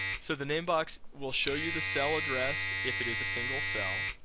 so, the name box will show you the cell address if it is a single cell.